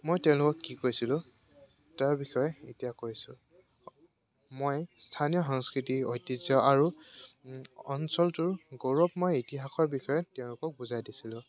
মই তেওঁলোকক কি কৈছিলোঁ তাৰ বিষয়ে এতিয়া কৈছোঁ মই স্থানীয় সংস্কৃতি ঐতিহ্য আৰু অঞ্চলটোৰ গৌৰৱময় ইতিহাসৰ বিষয়ে তেওঁলোকক বুজাই দিছিলোঁ